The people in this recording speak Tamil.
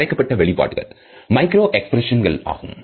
மறைக்கப்பட்ட வெளிப்பாடுகள் மைக்ரோ எக்ஸ்பிரஷன்ஸ் கல் ஆகும்